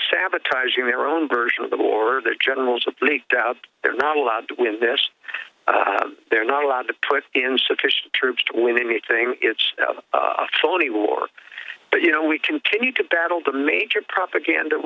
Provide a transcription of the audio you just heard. sabotaging their own version of the war or the generals with leaked out they're not allowed to win this they're not allowed to put in sufficient troops to win anything it's a phony war but you know we continue to battle the major propaganda